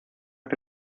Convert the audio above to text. que